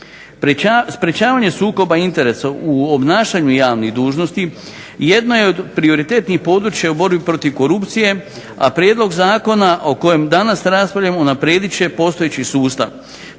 Sprečavanje sukoba interesa u obnašanju javnih dužnosti jedno je od prioritetnih područja i u borbi protiv korupcije, a prijedlog zakona o kojem danas raspravljamo unaprijedit će postojeći sustav.